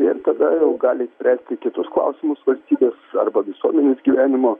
ir tada jau gali išspręsti kitus klausimus valstybės arba visuomenės gyvenimo